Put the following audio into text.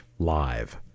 live